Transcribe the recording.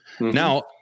Now